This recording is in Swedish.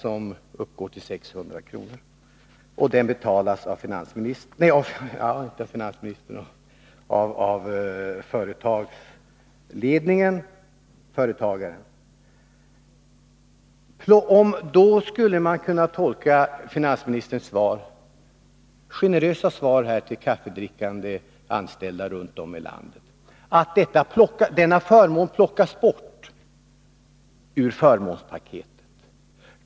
Avgiften för parkeringsrutan uppgår till 600 kr. och betalas av företaget. Finansministerns generösa svar här till kaffedrickande anställda runt om i landet skulle kunna tolkas så, att förmånen fritt kaffe skall plockas ur förmånspaketet.